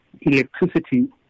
electricity